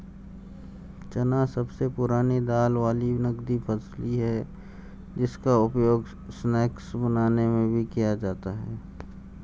चना सबसे पुरानी दाल वाली नगदी फसल है जिसका उपयोग स्नैक्स बनाने में भी किया जाता है